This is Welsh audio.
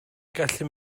gallu